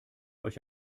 euch